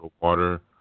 water